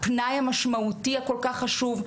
הפנאי המשמעותי הכול כך חשוב,